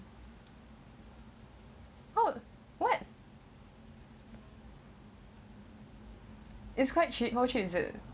oh what it's quite cheap how change it